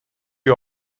you